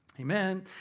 Amen